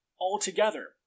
altogether